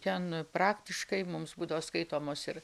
ten praktiškai mums būdavo skaitomos ir